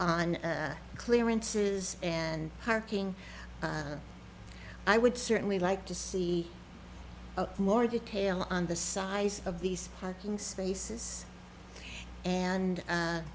on clearances and parking i would certainly like to see more detail on the size of these parking spaces and